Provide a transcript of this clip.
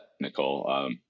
Nicole